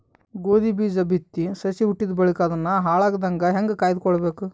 ಗೋಧಿ ಬೀಜ ಬಿತ್ತಿ ಸಸಿ ಹುಟ್ಟಿದ ಬಳಿಕ ಅದನ್ನು ಹಾಳಾಗದಂಗ ಹೇಂಗ ಕಾಯ್ದುಕೊಳಬೇಕು?